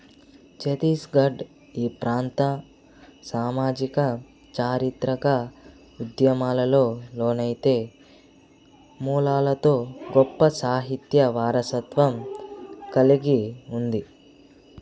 ఛత్తీస్గఢ్ ఈ ప్రాంతం సామాజిక చారిత్రిక ఉద్యమాలలో లోనైతే మూలాలతో గొప్ప సాహిత్య వారసత్వం కలిగి ఉంది